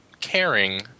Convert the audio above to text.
caring